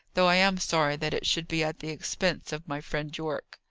though i am sorry that it should be at the expense of my friend yorke.